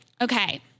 Okay